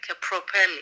properly